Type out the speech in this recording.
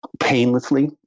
painlessly